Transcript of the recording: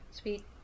Sweet